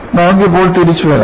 നമുക്ക് ഇപ്പോൾ തിരിച്ചു വരാം